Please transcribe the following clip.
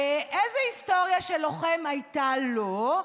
איזו היסטוריה של לוחם הייתה לו,